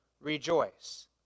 rejoice